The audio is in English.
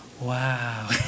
Wow